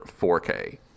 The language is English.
4k